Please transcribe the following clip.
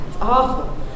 awful